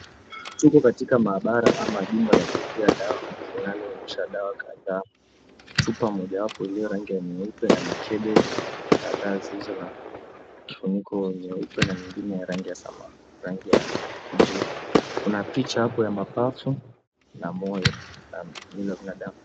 Tuko katika maabara ama jumba la kuekea dawa, linaloonyesha dawa kadhaa, chupa moja wapo iliyo ya rangi ya nyeupe, na mikebe kadhaa zilizo na kifuniko nyeupe na nyengine rangi ya kijivu, kuna picha apo ya mapafu na moyo na mwili wa binadamu.